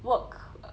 work